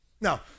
Now